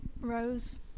Rose